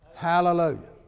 Hallelujah